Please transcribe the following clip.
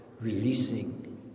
releasing